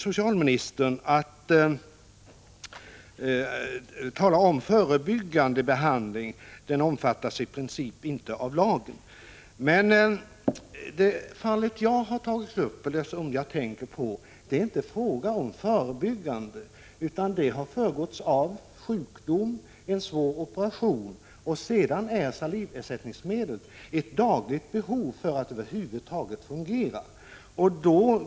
Socialministern talar om förebyggande behandling och säger att sådan i princip inte omfattas av lagen. Men i det fall som jag tänker på är det inte fråga om förebyggande behandling, utan det har föregåtts av sjukdom, en svår operation, efter vilken saliversättningsmedel är ett dagligt behov för att personen över huvud taget skall kunna fungera.